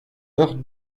heure